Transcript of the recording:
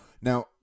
Now